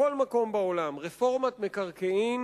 בכל מקום בעולם רפורמת מקרקעין